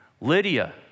Lydia